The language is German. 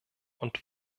und